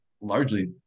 largely